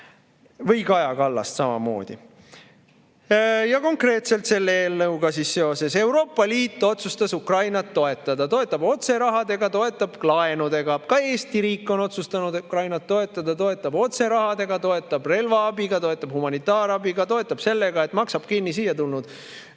Või Kaja Kallast samamoodi. Konkreetselt selle eelnõuga seoses. Euroopa Liit otsustas Ukrainat toetada: toetab otse rahaga, toetab laenudega. Ka Eesti riik on otsustanud Ukrainat toetada, toetab otse rahaga, toetab relvaabiga, toetab humanitaarabiga, toetab sellega, et maksab kinni siia tulnud